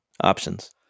Options